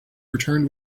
returned